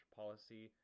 policy